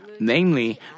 Namely